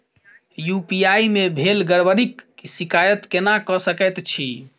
UPI मे भेल गड़बड़ीक शिकायत केना कऽ सकैत छी?